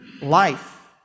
life